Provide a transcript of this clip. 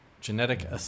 Genetic